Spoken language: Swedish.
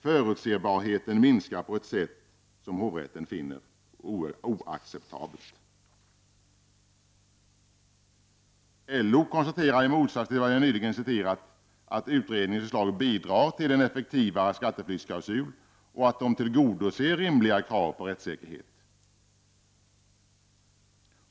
Förutsebarheten minskar på ett sätt som hovrätten finner oacceptabelt.” LO konstaterar, i motsats till vad jag nyligen citerat, att ”utredningens förslag bidrar till en effektivare skatteflyktsklausul och att de tillgodoser rimliga krav på rättssäkerhet”.